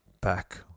back